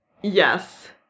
Yes